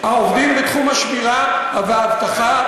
העובדים בתחום השמירה והאבטחה.